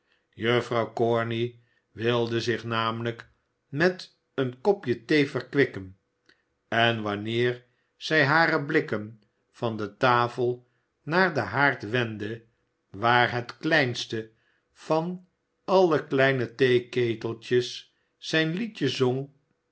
juffrouw corney wilde zich namelijk met een kopje thee verkwikken en wanneer zij hare blikken van de tafel naar den haard wendde waar het kleinste van alle kleine theeketeltjes zijn liedje zong